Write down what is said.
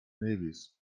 nevis